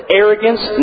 arrogance